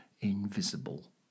invisible